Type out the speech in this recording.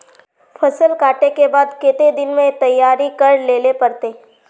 फसल कांटे के बाद कते दिन में तैयारी कर लेले पड़ते?